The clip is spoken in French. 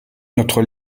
notre